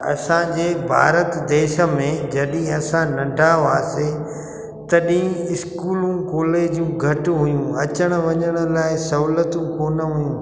असांजे भारत देश में जॾहिं असां नंढा हुआसीं तॾहिं इस्कूलूं कॉलेजूं घटि हुयूं अचण वञण लाइ सहूलियतूं कोन हुयूं